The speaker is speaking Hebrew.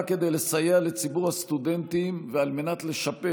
כדי לסייע לציבור הסטודנטים ועל מנת לשפר,